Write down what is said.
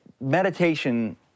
meditation